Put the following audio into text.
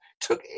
Took